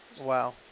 Wow